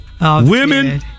Women